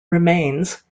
remains